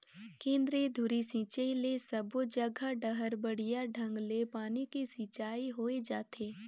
केंद्रीय धुरी सिंचई ले सबो जघा डहर बड़िया ढंग ले पानी के सिंचाई होय जाथे